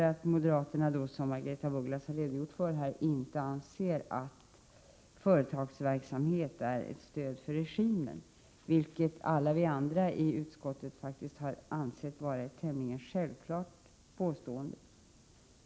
Som Margaretha af Ugglas nyss redogjorde anser moderaterna inte att företagsverksamhet i Sydafrika är ett stöd för regimen. Alla vi andra i utskottet anser detta vara en tämligen självklar sak.